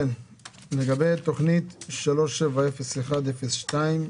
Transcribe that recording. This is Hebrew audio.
לגבי תוכנית 37102,